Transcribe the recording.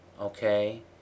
okay